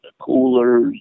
coolers